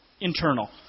internal